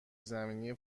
زمینی